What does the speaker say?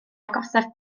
gorsaf